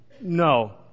No